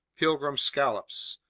pilgrim scallops,